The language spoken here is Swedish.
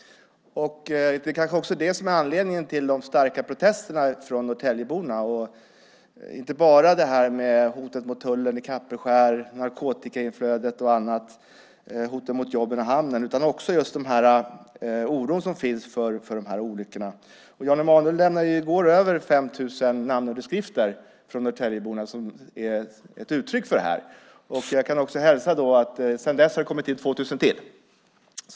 Det kanske också är det som är anledningen till de starka protesterna från Norrtäljeborna. Det har att göra inte bara med hotet mot tullen i Kapellskär, narkotikainflödet, hoten mot jobben i hamnen och annat, utan också med den oro som finns för olyckor. Jan Emanuel lämnade i går över 5 000 namnunderskrifter från Norrtäljeborna som ger uttryck för det här. Jag kan hälsa att det sedan dess har kommit 2 000 till.